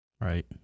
Right